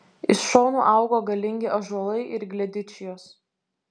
iš šonų augo galingi ąžuolai ir gledičijos